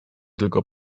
tylko